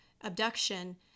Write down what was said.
abduction